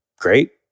Great